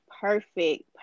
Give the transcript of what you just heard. Perfect